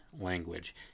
language